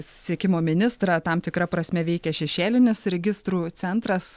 susisiekimo ministrą tam tikra prasme veikė šešėlinis registrų centras